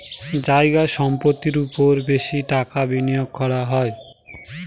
জায়গা সম্পত্তির ওপর বেশি টাকা বিনিয়োগ করা হয়